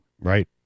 Right